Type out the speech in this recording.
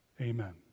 Amen